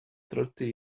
thirty